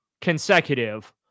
consecutive